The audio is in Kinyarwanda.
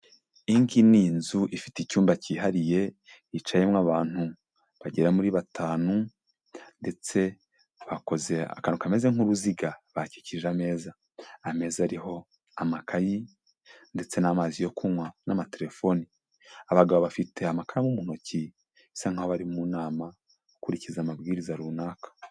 Iyi ngiyi ni inzu ifite icyumba cyihariye yicayemo abantu bagera kuri batanu ndetse bakoze akantu kameze nk'uruziga, bakikije ameza, ameza ariho amakayi ndetse n'amazi yo kunywa n'amatelefoni, abagabo bafite amakaramu mu ntoki bisa nkaho bari mu nama bakurikiza amabwiriza runaka.